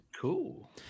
Cool